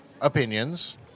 opinions